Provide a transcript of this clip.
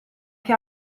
che